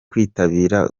kwitabira